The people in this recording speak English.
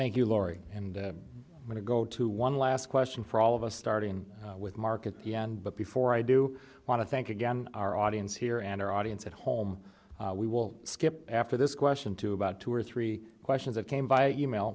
thank you lori and going to go to one last question for all of us starting with mark at the end but before i do want to thank again our audience here and our audience at home we will skip after this question to about two or three questions that came via e mail